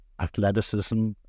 Athleticism